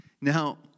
Now